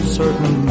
certain